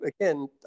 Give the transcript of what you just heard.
again